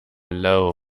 low